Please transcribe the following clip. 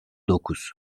dokuz